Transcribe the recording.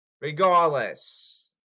Regardless